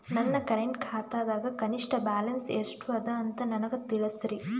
ನನ್ನ ಕರೆಂಟ್ ಖಾತಾದಾಗ ಕನಿಷ್ಠ ಬ್ಯಾಲೆನ್ಸ್ ಎಷ್ಟು ಅದ ಅಂತ ನನಗ ತಿಳಸ್ರಿ